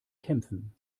kämpfen